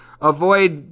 avoid